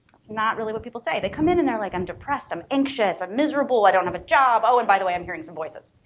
not really what people say. they come in and they're like i'm depressed i'm anxious i'm miserable i don't have a job oh and by the way i'm hearing some voices.